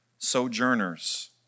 Sojourners